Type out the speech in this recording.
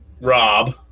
Rob